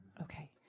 Okay